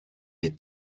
les